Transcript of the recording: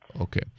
Okay